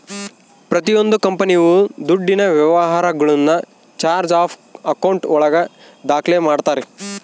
ಪ್ರತಿಯೊಂದು ಕಂಪನಿಯು ದುಡ್ಡಿನ ವ್ಯವಹಾರಗುಳ್ನ ಚಾರ್ಟ್ ಆಫ್ ಆಕೌಂಟ್ ಒಳಗ ದಾಖ್ಲೆ ಮಾಡ್ತಾರೆ